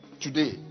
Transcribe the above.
today